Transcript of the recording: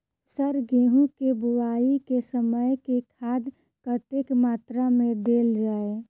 Sir गेंहूँ केँ बोवाई केँ समय केँ खाद कतेक मात्रा मे देल जाएँ?